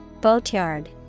Boatyard